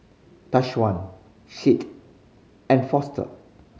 Tyshawn Seth and Foster